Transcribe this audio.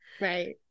right